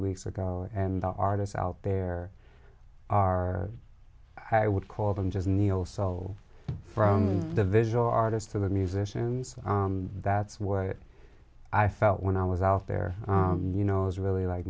weeks ago and the artists out there are i would call them just neo soul from the visual artists for the musicians so that's what i felt when i was out there you know i was really like